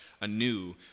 anew